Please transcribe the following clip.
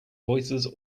voices